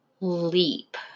Leap